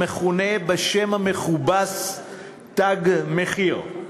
המכונים בשם המכובס "תג מחיר".